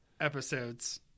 episodes